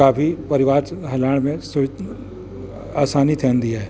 काफ़ी परिवार हलाइण में सु आसानी थींदी आहे